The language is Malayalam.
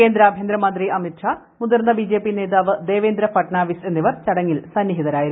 കേന്ദ്ര ആഭ്യന്തരമന്ത്രി അമിത്ഷാ മുതിർന്ന ബിജെപി നേതാവ് ദേവേന്ദ്ര ഫട്നാവിസ് എന്നിവർ ചടങ്ങിൽ സന്നിഹിതരായിരുന്നു